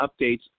updates